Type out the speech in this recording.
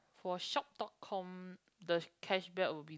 for shop dot com the cashback will be